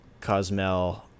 Cosmel